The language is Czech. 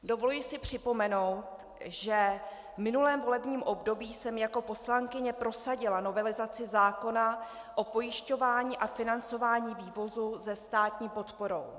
Dovoluji si připomenout, že v minulém volebním období jsem jako poslankyně prosadila novelizaci zákona o pojišťování a financování vývozu se státní podporou.